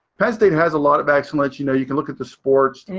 penn state has a lot of excellence. you know, you can look at the sports.